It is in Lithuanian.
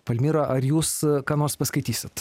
palmira ar jūs ką nors paskaitysit